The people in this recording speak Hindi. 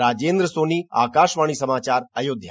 राजेंद्र सोनी आकाशवाणी समाचार अयोध्या